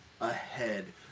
ahead